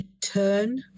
turn